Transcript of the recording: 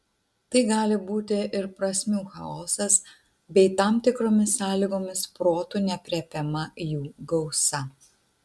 tai gali būti ir prasmių chaosas bei tam tikromis sąlygomis protu neaprėpiama jų gausa